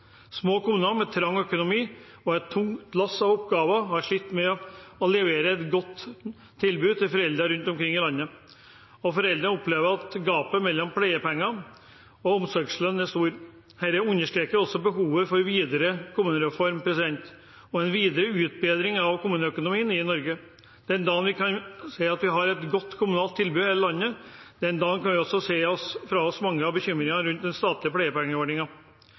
Små kommuner med trang økonomi og et tungt lass av oppgaver har slitt med å levere et godt tilbud til foreldre rundt omkring i landet. Og foreldre opplever at gapet mellom pleiepenger og omsorgslønn er stort. Dette understreker også behovet for en videre kommunereform og en videre forbedring av kommuneøkonomien i Norge. Den dagen vi kan si at vi har et godt kommunalt tilbud i hele landet, kan vi også si fra oss mange av bekymringene rundt den statlige